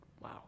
wow